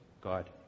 God